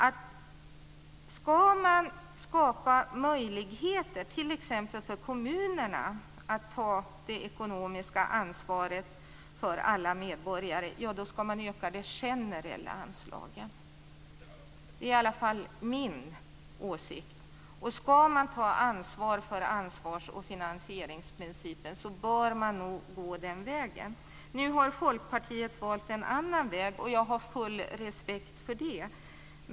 Om man ska skapa möjligheter för t.ex. kommunerna att ta det ekonomiska ansvaret för alla medborgare, så ska man öka de generella anslagen. Det är i alla fall min åsikt. Och om man ska ta ansvar för ansvars och finansieringsprincipen bör man nog gå den vägen. Folkpartiet har valt en annan väg, och jag har full respekt för det.